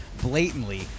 blatantly